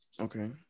Okay